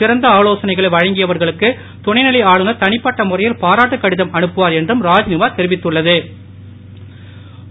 சிறந்த ஆலோசனைகளை வழங்கியவர்களுக்கு துணைநிலை ஆளுநர் தனிப்பட்ட முறையில் பாராட்டு கடிதம் அனுப்புவார் என்றும் ராஜ்நிவாஸ் தெரிவித்துள்ள து